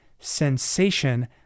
sensation